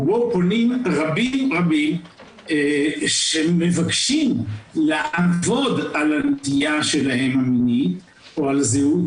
ובו פונים רבים שמבקשים לעבוד על הנטייה המינית שלהם או על הזהות